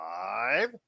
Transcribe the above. five